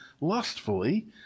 lustfully